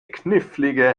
knifflige